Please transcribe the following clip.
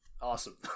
Awesome